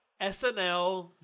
SNL